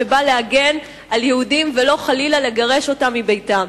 שבא להגן על יהודים ולא חלילה לגרש אותם מביתם.